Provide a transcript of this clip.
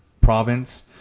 province